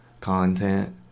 content